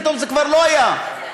פתאום זה כבר לא היה שווה-כסף,